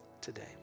today